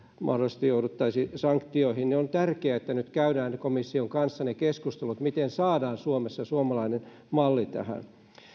mahdollisesti joutuisimme sanktioihin ja on tärkeää että nyt käydään komission kanssa ne keskustelut miten saadaan suomessa suomalainen malli tähän